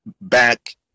back